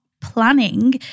planning